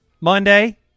Monday